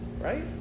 right